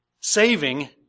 saving